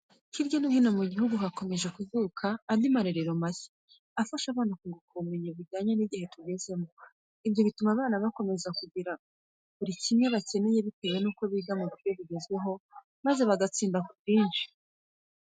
Hirya no hino mu gihugu hakomeje kuvuga andi marero mashya, afasha abana kunguka ubumenyi bujyanye ni igihe tugezemo. Ibyo bituma abana bakomeza kugira buri kimwe bakeneye bitewe nuko biga mu buryo bugezweho, maze bagatsinda ku bwinshi.